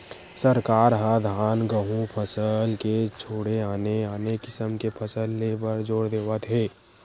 सरकार ह धान, गहूँ फसल के छोड़े आने आने किसम के फसल ले बर जोर देवत हे